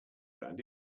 good